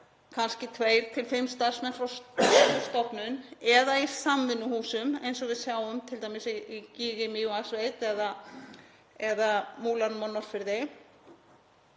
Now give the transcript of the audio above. kannski tveir til fimm starfsmenn frá hverri stofnun eða í samvinnuhúsum, eins og við sjáum t.d. í Gíg í Mývatnssveit eða Múlanum á Norðfirði,